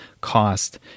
cost